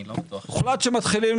אני לא בטוח שזה --- בפרט כשמגדילים.